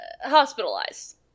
hospitalized